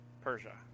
Persia